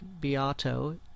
Beato